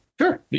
Sure